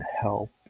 help